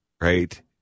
right